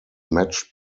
matched